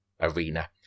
arena